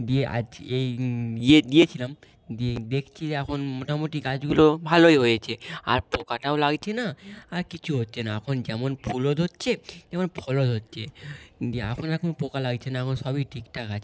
দিয়ে আজ এই গিয়ে দিয়েছিলাম দিয়ে দেখছি এখন মোটামুটি গাছগুলো ভালোই হয়েছে আর পোকাটাও লাগছে না আর কিছু হচ্ছে না এখন যেমন ফুলও ধরছে তেমন ফলও হচ্ছে দিয়ে এখন এখন পোকা লাগছে না এখন সবই ঠিকঠাক আছে